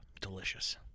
delicious